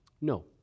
No